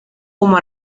como